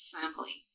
family